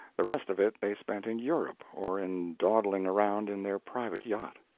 the rest of it they spent in europe, or in dawdling around in their private yacht.